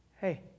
Hey